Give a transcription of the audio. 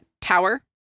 tower